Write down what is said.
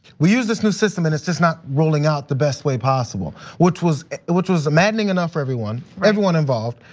we used this new system and it's just not rolling out the best way possible, which was which was maddening enough for everyone everyone involved.